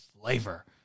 flavor